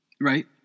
right